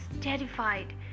terrified